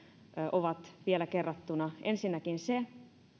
ovat vielä kerrattuna nämä ensinnäkin on se